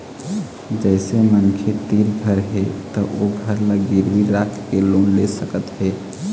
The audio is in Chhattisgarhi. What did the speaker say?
जइसे मनखे तीर घर हे त ओ घर ल गिरवी राखके लोन ले सकत हे